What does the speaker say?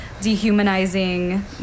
dehumanizing